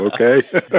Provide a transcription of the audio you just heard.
okay